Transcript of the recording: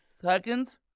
seconds